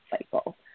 cycle